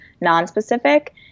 non-specific